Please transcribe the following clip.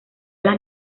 las